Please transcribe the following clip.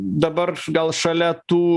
dabar gal šalia tų